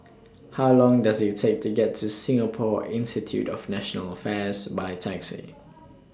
How Long Does IT Take to get to Singapore Institute of National Affairs By Taxi